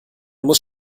muss